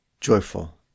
joyful